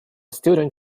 student